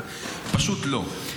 פשוט לא.